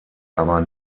aber